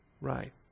Right